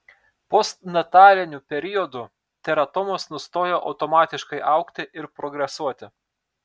postnataliniu periodu teratomos nustoja autonomiškai augti ir progresuoti